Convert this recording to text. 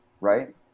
right